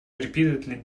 repeatedly